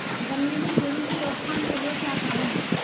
गन्ने में कीड़ों की रोक थाम के लिये क्या करें?